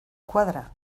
cuadra